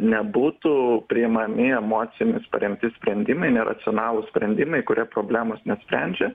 nebūtų priimami emocijomis paremti sprendimai neracionalūs sprendimai kurie problemos nesprendžia